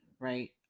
Right